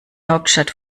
hauptstadt